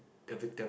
the victim